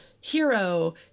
hero